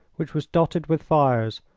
which was dotted with fires,